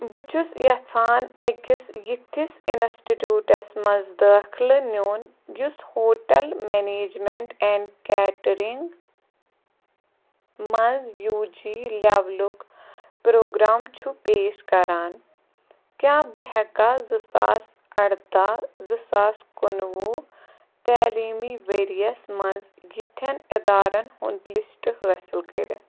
بہٕ چھُس یَژھان أکِس یِتھِس اِنَسٹِٹیُوٹَس منٛز دٲخلہٕ نیُن یُس ہوٹَل مٮ۪نیجمٮ۪نٛٹ اٮ۪ن کیٹٕرِنٛگ منٛز یوٗ جی لٮ۪ولُک پرٛوگرام چھُ پیش کران کیٛاہ بہٕ ہٮ۪کا زٕ ساس اَرداہ زٕ ساس کُنوُہ تعلیٖمی ؤرۍ یَس منٛز یِتھٮ۪ن اِدارَن ہُنٛد لِسٹ حٲصِل کٔرِتھ